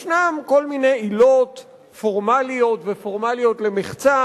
יש כל מיני עילות פורמליות ופורמליות למחצה